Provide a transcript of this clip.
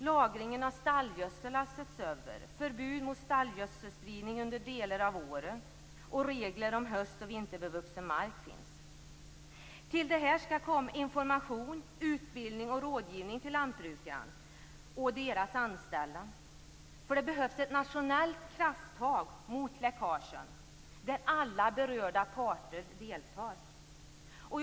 Lagringen av stallgödsel har setts över. Förbud mot stallgödselspridning under delar av året och regler om höstoch vinterbevuxen mark finns också. Till detta skall komma information, utbildning och rådgivning till lantbrukarna och deras anställda. Det behövs nämligen ett nationellt krafttag mot läckagen. Alla berörda parter skall delta i det sammanhanget.